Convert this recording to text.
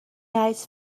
eyes